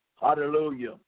hallelujah